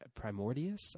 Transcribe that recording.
primordius